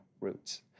roots